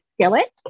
skillet